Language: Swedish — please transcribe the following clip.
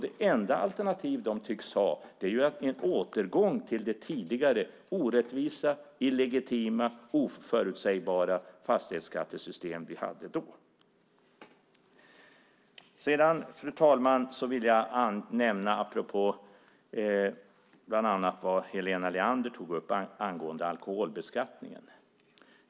Det enda alternativ de tycks ha är en återgång till det tidigare orättvisa, illegitima och oförutsägbara skattesystem som vi hade då. Fru talman! Jag vill nämna något apropå det som bland annat Helena Leander tog upp angående alkoholbeskattningen.